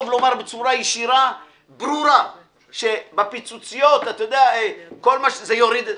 בצורה ישירה וברורה שבפיצוציות זה יוריד.